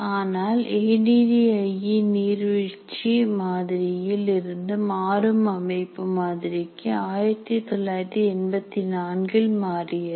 ஆனால் A D D I E நீர்வீழ்ச்சி மாதிரியில் இருந்து மாறும் அமைப்பு மாதிரிக்கு 1984 இல் மாறியது